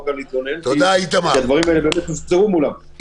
להתלונן כי הדברים האלה הוסדרו מולם.